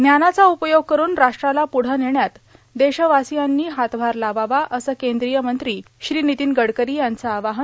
ज्ञानाचा उपयोग करून राष्ट्राला प्रढं नेण्यात देशवासियांनी हातभार लावावा असं केंद्रीय मंत्री श्री नितीन गडकरी यांचं आवाहन